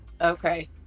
okay